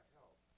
help